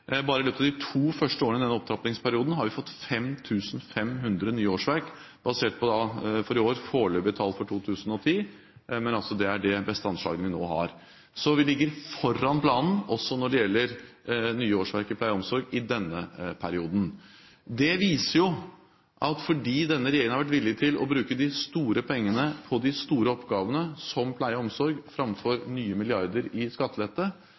Bare i løpet av de to første årene av den opptrappingsperioden har vi fått 5 500 nye årsverk – basert på foreløpige tall for 2010, men det er det beste anslaget vi nå har. Så vi ligger foran planen, også når det gjelder nye årsverk i pleie og omsorg i denne perioden. Det viser at fordi denne regjeringen har vært villig til å bruke de store pengene på de store oppgavene, som pleie og omsorg, framfor nye milliarder i skattelette,